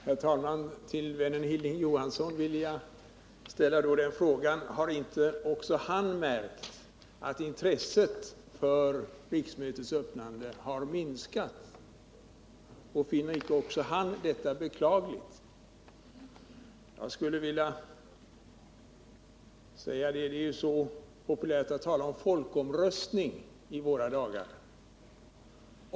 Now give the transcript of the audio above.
Herr talman! Till vännen Hilding Johansson vill jag då ställa frågan: Har inte också han märkt att intresset för riksmötets öppnande har minskat, och finner inte också han detta beklagligt? Det är ju i våra dagar så populärt att tala om folkomröstning.